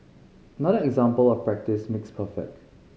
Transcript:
another example of practice makes perfect